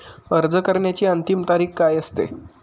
अर्ज करण्याची अंतिम तारीख काय असते?